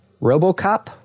RoboCop